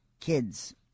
kids